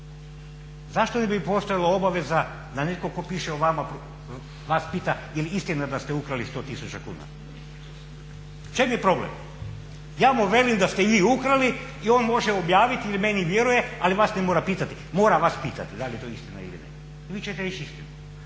Zašto bi postojala obaveza da netko tko piše o vama, vas pita je li istina da ste ukrali 100 tisuća kuna? U čem je problem? Ja mu velim da ste ih vi ukrali, i on može objaviti jer meni vjeruje ali vas ne mora pitati. Mora vas pitati da li je to istina ili ne i vi ćete reći istinu.